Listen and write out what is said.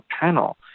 panel